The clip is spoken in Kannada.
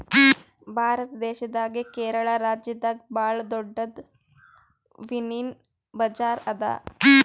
ಭಾರತ್ ದೇಶದಾಗೆ ಕೇರಳ ರಾಜ್ಯದಾಗ್ ಭಾಳ್ ದೊಡ್ಡದ್ ಮೀನಿನ್ ಬಜಾರ್ ಅದಾ